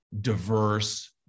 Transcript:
diverse